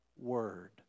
Word